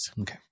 Okay